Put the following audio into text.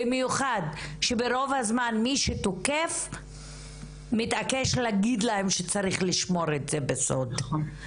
במיוחד שברוב הזמן מי שתוקף מתעקש להגיד להם שצריך לשמור את זה בסוד,